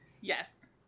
Yes